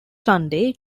sunday